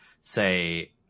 say